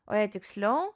o jei tiksliau